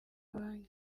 bank